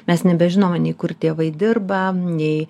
mes nebežinome nei kur tėvai dirba nei